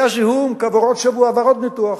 היה זיהום, כעבור עוד שבוע עבר עוד ניתוח.